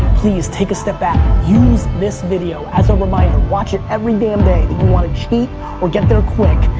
please, take a step back. use this video as a reminder. watch it every damn day that you want to cheat or get there quick,